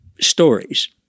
stories